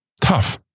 tough